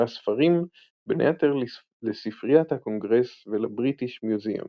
שמכרה ספרים בין היתר לספריית הקונגרס ולבריטיש מוזיאום.